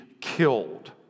killed